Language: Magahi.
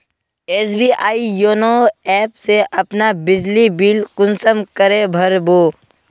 एस.बी.आई योनो ऐप से अपना बिजली बिल कुंसम करे भर बो?